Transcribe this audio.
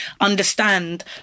understand